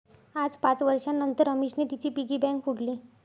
आज पाच वर्षांनतर अमीषाने तिची पिगी बँक फोडली